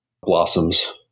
blossoms